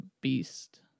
beast